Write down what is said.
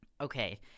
Okay